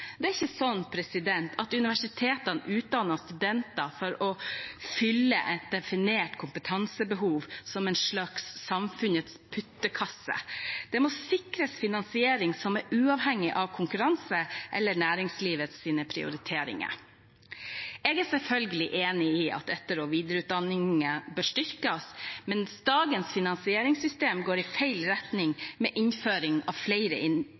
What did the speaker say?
Det er ikke slik at universitetene utdanner studenter til å fylle et definert kompetansebehov, som i en slags samfunnets puttekasse. Det må sikres finansiering som er uavhengig av konkurranse eller næringslivets prioriteringer. Jeg er selvfølgelig enig i at etter- og videreutdanningen bør styrkes, men dagens finansieringssystem går i feil retning med innføring av flere